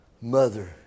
mother